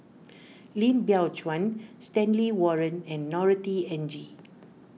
Lim Biow Chuan Stanley Warren and Norothy N G